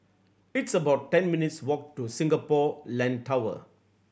it's about ten minutes' walk to Singapore Land Tower